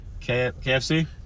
KFC